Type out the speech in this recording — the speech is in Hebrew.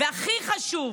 והכי חשוב,